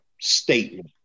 statement